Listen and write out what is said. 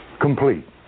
Complete